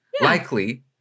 Likely